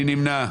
1 נמנע.